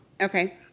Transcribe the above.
Okay